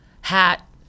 hat